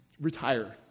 retire